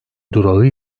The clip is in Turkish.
durağı